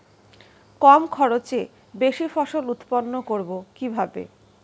কম খরচে বেশি ফসল উৎপন্ন করব কিভাবে?